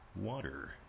water